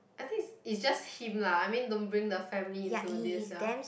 I think it's it's just him lah I mean don't bring the family into this sia